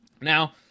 Now